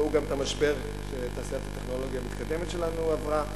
ראו גם את המשבר שתעשיית הטכנולוגיה המתקדמת שלנו עברה.